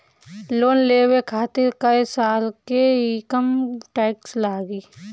Loan लेवे खातिर कै साल के इनकम टैक्स लागी?